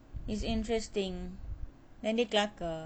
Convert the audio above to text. it's interesting and dia kelakar